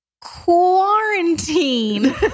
Quarantine